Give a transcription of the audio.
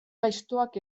gaiztoak